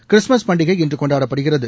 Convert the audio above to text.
Christmas பண்டிகை இன்று கொண்டாடப்படுகிறது